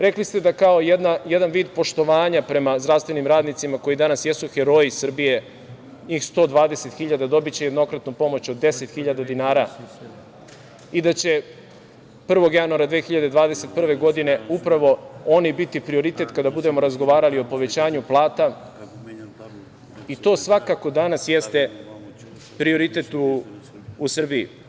Rekli ste da kao jedan vid poštovanja prema zdravstvenim radnicima, koji danas jesu heroji Srbije, njih 120.000 dinara dobiće jednokratnu pomoć od 10.000 dinara i da će 1. januara 2021. godine upravo oni biti prioritet kada budemo razgovarali o povećanju plata i to svakako danas jeste prioritet u Srbiji.